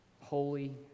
Holy